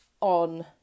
on